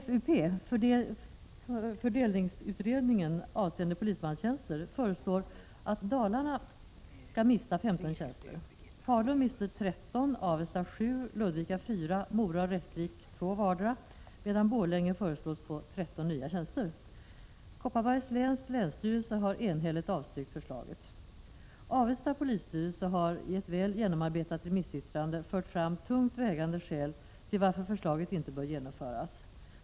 Kopparbergs läns länsstyrelse har enhälligt avstyrkt förslaget. Avesta polisstyrelse har i ett väl genomarbetat remissyttrande fört fram tungt vägande skäl för att förslaget inte bör genomföras.